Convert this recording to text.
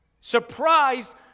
Surprised